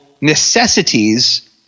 necessities